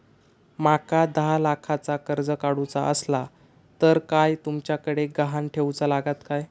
माका दहा लाखाचा कर्ज काढूचा असला तर काय तुमच्याकडे ग्हाण ठेवूचा लागात काय?